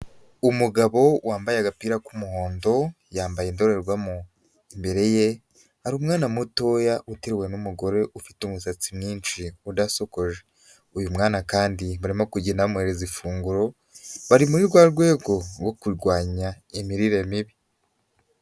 Umugabo wambaye agapira k'umuhondo yambaye indorerwamo, imbere ye hari umwana mutoya utewe n'umugore ufite umusatsi mwinshi udasokoje, uyu mwana kandi barimo kugenda bamuhereza ifunguro, bari muri rwa rwego rwo kurwanya imirire mibi.